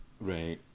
Right